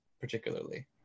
particularly